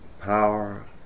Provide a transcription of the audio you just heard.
power